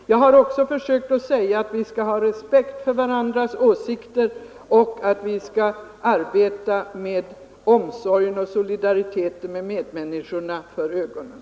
Jag har också försökt säga att vi skall ha respekt för varandras åsikter och att vi skall arbeta med omsorgen om och solidariteten med våra medmänniskor för ögonen.